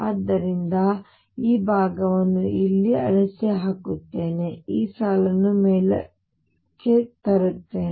ಆದ್ದರಿಂದ ನಾನು ಈ ಭಾಗವನ್ನು ಇಲ್ಲಿ ಅಳಿಸಿಹಾಕುತ್ತೇನೆ ಈ ಸಾಲನ್ನು ಮೇಲಕ್ಕೆತ್ತುತ್ತೇನೆ